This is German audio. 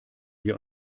wir